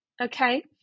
okay